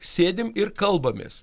sėdim ir kalbamės